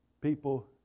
people